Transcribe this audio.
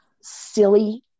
silly